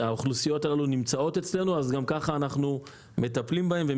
והאוכלוסיות האלה בנגב ובגליל נמצאות אצלנו אז אנחנו מטפלים בהם והם